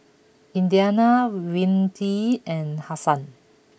Indiana Whitney and Hasan